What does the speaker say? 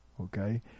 Okay